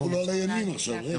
הוויכוח הוא לא על הימים עכשיו, רגע.